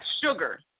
sugar